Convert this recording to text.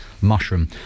mushroom